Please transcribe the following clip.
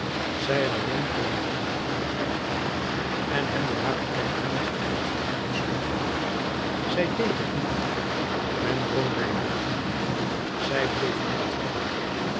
zij alleen kon haar minnaar aanklagen en hem door haar bekentenis in t verderf storten zij deed het niet men drong bij haar aan zij bleef ontkennen